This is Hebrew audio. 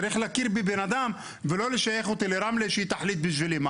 צריך להכיר בבן אדם ולא לשייך אותי לרמלה שהיא תחליט בשבילי.